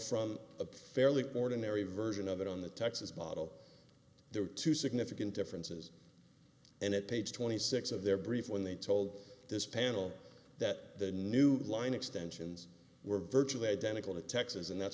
from a fairly ordinary version of it on the texas bottle there were two significant differences and it paid twenty six of their brief when they told this panel that the new line extensions were virtually identical to texas and that's